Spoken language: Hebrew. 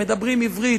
הם מדברים עברית,